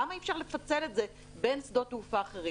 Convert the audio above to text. למה אי אפשר לפצל את זה בין שדות תעופה אחרים?